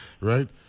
right